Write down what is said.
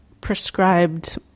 prescribed